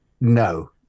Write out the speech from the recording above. No